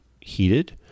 heated